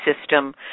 system